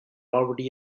already